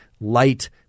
light